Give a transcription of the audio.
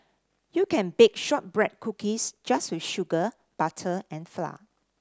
you can bake shortbread cookies just with sugar butter and flour